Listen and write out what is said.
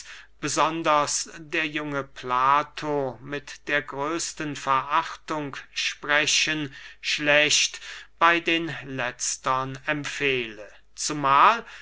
besonders der junge plato mit der größten verachtung sprechen schlecht bey den letztern empfehle zumahl